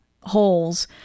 holes